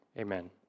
Amen